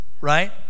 right